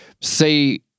say